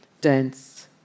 dance